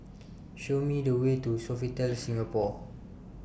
Show Me The Way to Sofitel Singapore